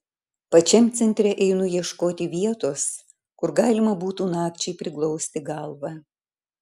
pačiam centre einu ieškoti vietos kur galima būtų nakčiai priglausti galvą